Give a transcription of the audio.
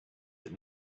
that